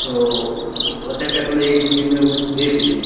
तो हो सकते तो मैं एक दो दिन में दें भी दे